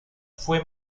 fue